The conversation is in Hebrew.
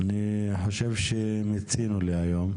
אני חושב שמיצינו להיום.